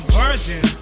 virgin